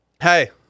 Hey